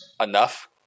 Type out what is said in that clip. Enough